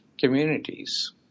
communities